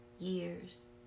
years